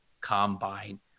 combine